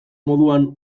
moduan